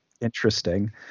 interesting